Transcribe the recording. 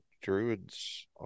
druids